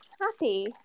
happy